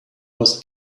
was